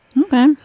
Okay